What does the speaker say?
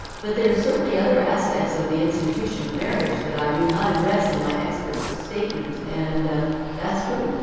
but there are certainly other aspects of the institution of marriage that i do not address in my expert statement, and that's true.